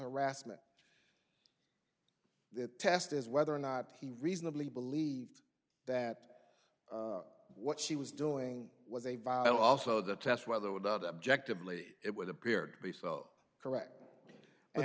harassment the test is whether or not he reasonably believed that what she was doing was a vile also the test whether without objectively it would appear to be so correct and